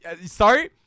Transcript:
sorry